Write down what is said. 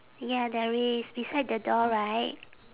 ya there is beside the door right